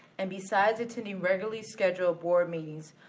and besides attending regularly scheduled board meetings,